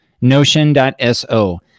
Notion.so